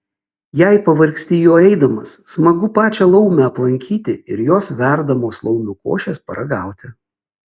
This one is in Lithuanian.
jei pavargsti juo eidamas smagu pačią laumę aplankyti ir jos verdamos laumių košės paragauti